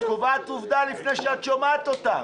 את קובעת עובדה לפני שאת שומעת אותה.